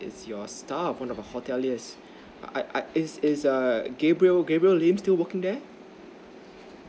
is your staff from the hotel is I I is is err gabriel gabriel lim still working there